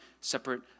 separate